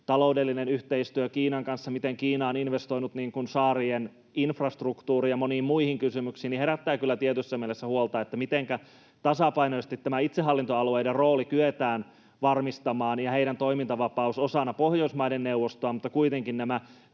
taloudellinen yhteistyö Kiinan kanssa, miten Kiina on investoinut saarien infrastruktuuriin ja moniin muihin kysymyksiin. Herättää kyllä tietyssä mielessä huolta, mitenkä tasapainoisesti kyetään varmistamaan itsehallintoalueiden rooli ja heidän toimintavapautensa osana Pohjoismaiden neuvostoa, mutta kuitenkin nämä